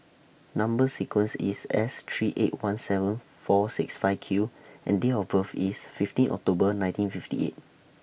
Number sequence IS S three eight one seven four six five Q and Date of birth IS fifteen October nineteen fifty eight